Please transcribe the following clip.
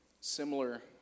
similar